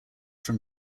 from